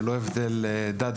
ללא הבדל דת,